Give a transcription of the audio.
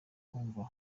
kumva